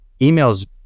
emails